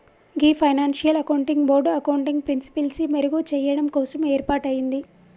గీ financial accounting board accounting ప్రిన్సిపిల్సి మెరుగు చెయ్యడం కోసం ఏర్పాటయింది